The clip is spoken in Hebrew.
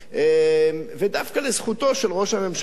דווקא לזכותו של ראש הממשלה,